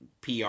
PR